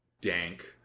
dank